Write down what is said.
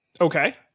Okay